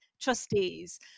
trustees